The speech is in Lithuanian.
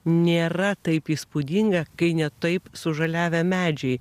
nėra taip įspūdinga kai ne taip sužaliavę medžiai